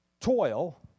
toil